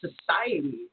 society